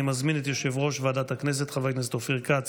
אני מזמין את יושב-ראש ועדת הכנסת חבר הכנסת אופיר כץ